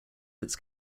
its